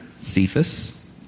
Cephas